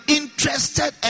interested